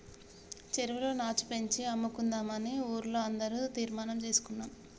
చెరువులో నాచు పెంచి అమ్ముకుందామని ఊర్లో అందరం తీర్మానం చేసుకున్నాం